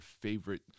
favorite